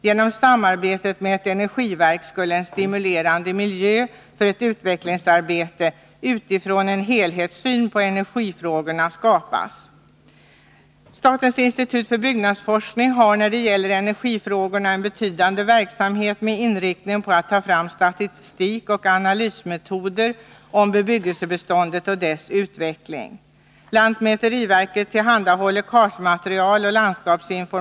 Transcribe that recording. Genom samarbetet med ett energiverk skulle en stimulerande miljö för ett utvecklingsarbete utifrån en helhetssyn på energifrågorna skapas. Statens institut för byggnadsforskning har när det gäller energifrågorna en betydande verksamhet med inriktning på att ta fram statistik och analysmetoder om bebyggelsebeståndet och dess utveckling.